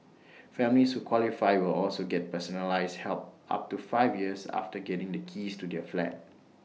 families who qualify will also get personalised help up to five years after getting the keys to their flat